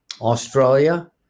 Australia